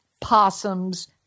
possums